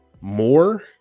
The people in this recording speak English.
more